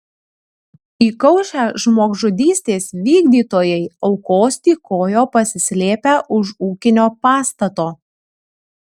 įkaušę žmogžudystės vykdytojai aukos tykojo pasislėpę už ūkinio pastato